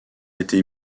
été